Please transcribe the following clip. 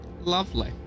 Lovely